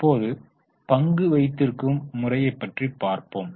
இப்போது பங்கு வைத்திருக்கும் முறையை பற்றி பார்ப்போம்